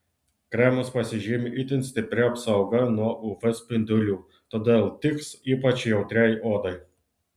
kremas pasižymi itin stipria apsauga nuo uv spindulių todėl tiks ypač jautriai odai